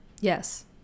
yes